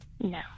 No